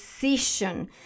decision